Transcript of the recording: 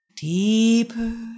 Deeper